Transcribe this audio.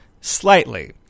slightly